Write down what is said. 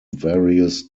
various